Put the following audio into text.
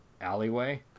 alleyway